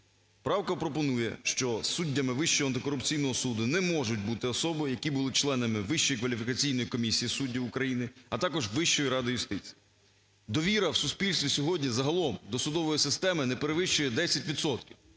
Правка пропонує, що суддями Вищого антикорупційного суду не можуть бути особи, які були членами Вищої кваліфікаційної комісії суддів України, а також Вищої ради юстиції. Довіра в суспільстві сьогодні загалом до судової системи не перевищує 10